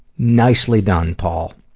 nicely done, paul.